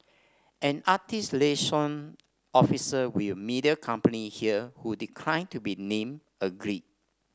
an artist liaison officer with a media company here who declined to be named agreed